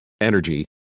energy